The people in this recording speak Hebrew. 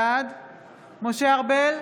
בעד משה ארבל,